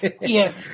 Yes